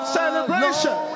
celebration